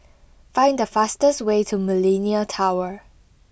find the fastest way to Millenia Tower